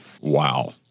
Wow